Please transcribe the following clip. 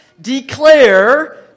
declare